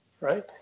right